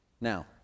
Now